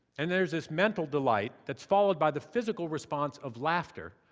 and there's this mental delight that's followed by the physical response of laughter,